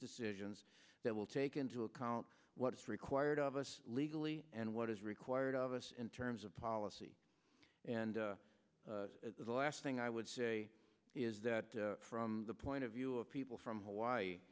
decisions that will take into account what's required of us legally and what is required of us in terms of policy and the last thing i would say is that from the point of view of people from